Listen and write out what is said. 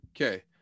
okay